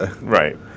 right